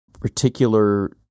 particular